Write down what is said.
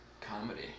comedy